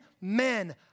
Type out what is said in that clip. men